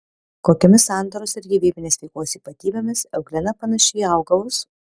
kokiomis sandaros ir gyvybinės veiklos ypatybėmis euglena panaši į augalus